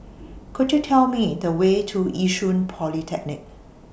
Could YOU Tell Me The Way to Yishun Polytechnic